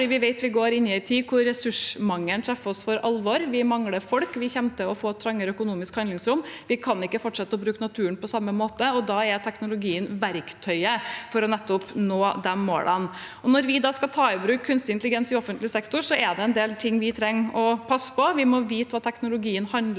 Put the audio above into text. vi vet at vi går inn i en tid da ressursmangelen treffer oss for alvor. Vi mangler folk, vi kommer til å få trangere økonomisk handlingsrom, og vi kan ikke fortsette å bruke naturen på samme måte. Da er teknologien verktøyet for nettopp å nå de målene. Når vi skal ta i bruk kunstig intelligens i offentlig sektor, er det en del ting vi trenger å passe på – vi må vite hva teknologien handler om.